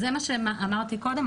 זה קצת מה שאמרתי קודם.